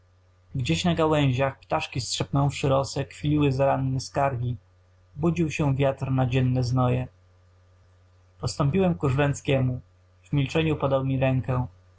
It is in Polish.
gdzieś na gałęziach ptaszki strzepnąwszy rosę kwiliły zaranne skargi budził się wiatr na dzienne znoje postąpiłem ku żręckiemu w milczeniu podał mi rękę